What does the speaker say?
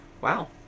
Wow